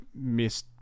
miss